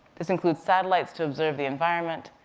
this includes satellites to observe the environment,